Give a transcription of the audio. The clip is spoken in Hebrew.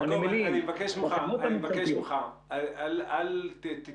נמלים --- אני מבקש ממך: אל תתמודד,